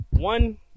One